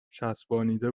چسبانیده